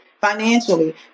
financially